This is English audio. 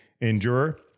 endure